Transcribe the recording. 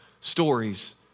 stories